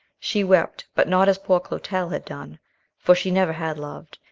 she wept, but not as poor clotel had done for she never had loved,